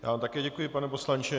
Já vám také děkuji, pane poslanče.